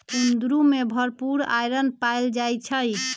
कुंदरू में भरपूर आईरन पाएल जाई छई